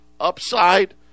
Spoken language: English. Upside